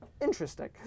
Interesting